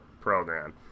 program